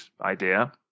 idea